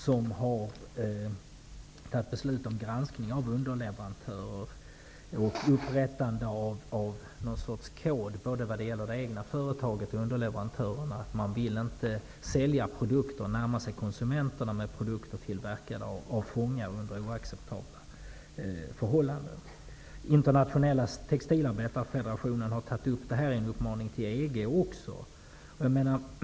De har beslutat att granska underleverantörer och att upprätta en kod både vad gäller det egna företaget och underleverantörerna. Man vill inte närma sig konsumenterna med produkter tillverkade under oacceptabla förhållanden. Internationella textilarbetarfederationen har tagit upp dessa frågor i en uppmaning till EG.